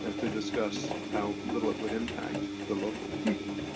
and to discuss how little it would impact the local people.